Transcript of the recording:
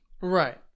Right